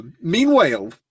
Meanwhile